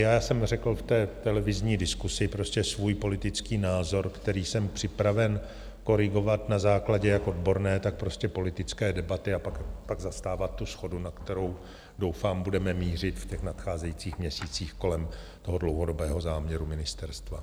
Já jsem řekl v té televizní diskusi svůj politický názor, který jsem připraven korigovat na základě jak odborné, tak politické debaty, a pak zastávat shodu, na kterou doufám budeme mířit v nadcházejících měsících kolem dlouhodobého záměru ministerstva.